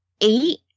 eight